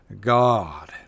God